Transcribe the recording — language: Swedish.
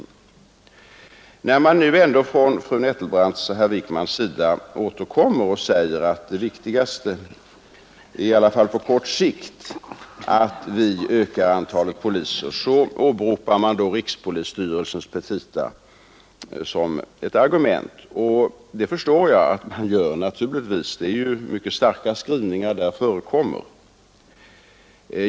När fru Nettelbrandt och herr Wijkman ändå återkommer och säger att det viktigaste på kort sikt är att vi ökar antalet poliser åberopar de rikspolisstyrelsens petita som ett argument. Och det förstår jag att de gör — det är mycket starka skrivningar som förekommer där.